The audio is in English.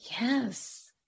Yes